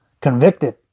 convicted